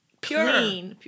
pure